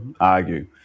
argue